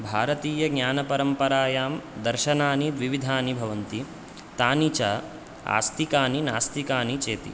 भारतीयज्ञानपरम्परायां दर्शनानि द्विविधानि भवन्ति तानि च आस्तिकानि नास्तिकानि चेति